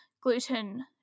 gluten